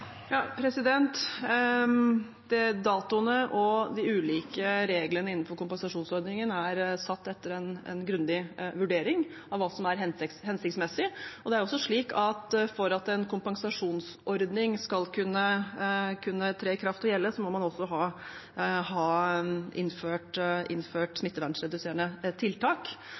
det? Datoene og de ulike reglene innenfor kompensasjonsordningen er satt etter en grundig vurdering av hva som er hensiktsmessig. Det er også slik at for at en kompensasjonsordning skal kunne tre i kraft og gjelde, må man ha innført